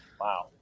Wow